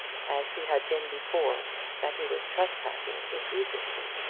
as he had been before that he was trespassing egregiously.